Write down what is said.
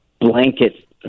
blanket